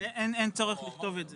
אין צורך לכתוב את זה.